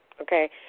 okay